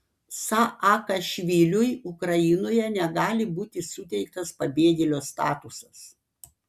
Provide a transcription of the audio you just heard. saakašviliui ukrainoje negali būti suteiktas pabėgėlio statusas